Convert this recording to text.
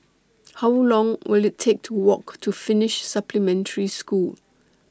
How Long Will IT Take to Walk to Finnish Supplementary School